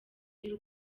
y’u